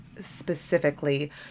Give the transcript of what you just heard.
specifically